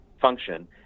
function